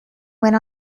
went